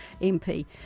MP